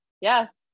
Yes